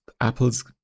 Apple's